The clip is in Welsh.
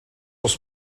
oes